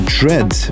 Dread